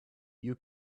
you